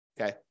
Okay